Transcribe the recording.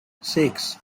six